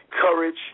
courage